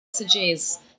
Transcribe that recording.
messages